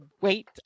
Wait